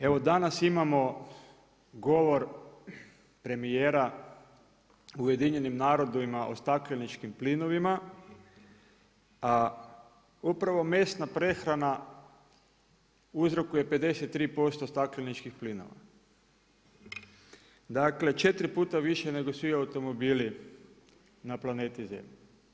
Evo danas imamo govor premijera u UN-u o stakleničkim plinovima, a upravo mesna prehrana uzrokuje 53% stakleničkih plinova, dakle četiri puta više nego svi automobili na planeti zemlji.